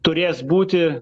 turės būti